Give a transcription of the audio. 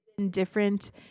different